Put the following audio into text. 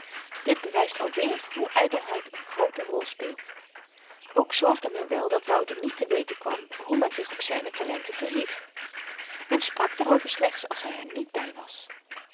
dit bewyst alweer hoe ydelheid een groote rol speelt ook zorgde men wel dat wouter niet te weten kwam hoe men zich op zyne talenten verhief men sprak daarover slechts als hy er niet by was